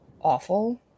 awful